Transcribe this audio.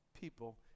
people